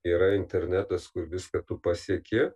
yra internetas kur viską tu pasieki